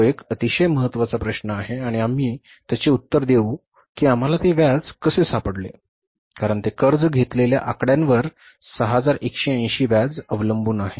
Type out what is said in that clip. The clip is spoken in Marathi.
तो एक अतिशय महत्त्वाचा प्रश्न आहे आणि आम्ही त्याचे उत्तर देऊ की आम्हाला ते व्याज कसे सापडले कारण ते कर्ज घेतलेल्या आकड्यावर 6180 व्याज अवलंबून आहे